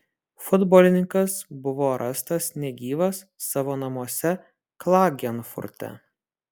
futbolininkas buvo rastas negyvas savo namuose klagenfurte